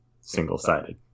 single-sided